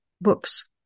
books